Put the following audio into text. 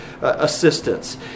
assistance